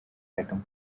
item